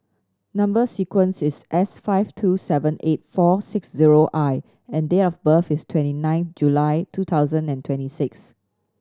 number sequence is S five two seven eight four six zero I and date of birth is twenty nine July two thousand and twenty six